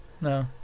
No